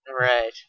Right